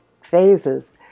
phases